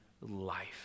life